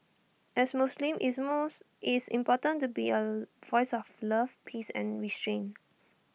as Muslims it's moves it's important to be A voice of love peace and restraint